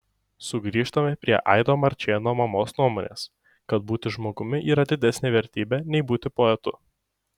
sugrįžtame prie aido marčėno mamos nuomonės kad būti žmogumi yra didesnė vertybė nei būti poetu